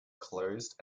closed